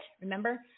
Remember